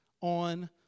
on